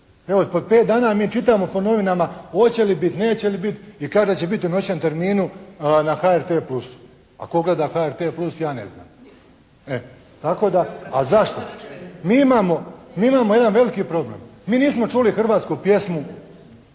Evo, pet dana mi čitamo u novinama hoće li biti, neće li biti i kada će biti, u noćnom terminu na HRT Plusu. A tko gleda HRT Plus ja ne znam. A zašto? Mi imamo jedan veliki problem. Mi nismo čuli hrvatsku pjesmu